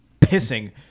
pissing